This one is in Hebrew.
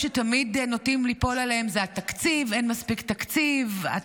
שבעזרת השם תהיה אחת מני הצעות חוק רבות